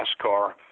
NASCAR